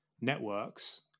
networks